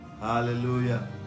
hallelujah